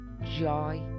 joy